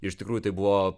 iš tikrųjų tai buvo